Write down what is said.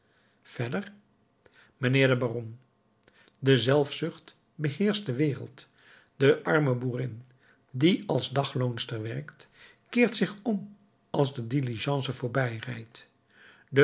verder mijnheer de baron de zelfzucht beheerscht de wereld de arme boerin die als dagloonster werkt keert zich om als de